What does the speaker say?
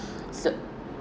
so